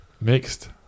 Mixed